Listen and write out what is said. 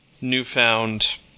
newfound